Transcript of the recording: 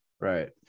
right